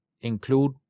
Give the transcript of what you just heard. include